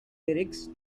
lyrics